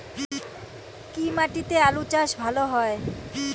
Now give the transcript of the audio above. কি মাটিতে আলু চাষ ভালো হয়?